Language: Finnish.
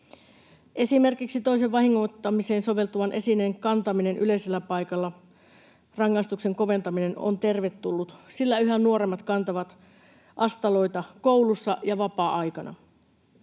Esimerkiksi toisen vahingoittamiseen soveltuvan esineen kantaminen yleisellä paikalla: rangaistuksen koventaminen on tervetullut, sillä yhä nuoremmat kantavat astaloita koulussa ja vapaa-aikana.